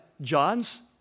John's